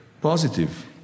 positive